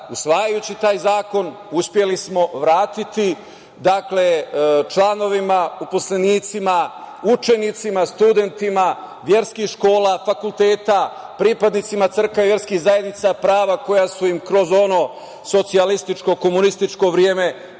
usvajajući taj zakon, uspeli smo vratiti članovima, uposlenicima, učenicima, studentima verskih škola, fakulteta, pripadnicima crkava i verskih zajednica, prava koja su im kroz ono socijalističko-komunističko vreme